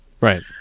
Right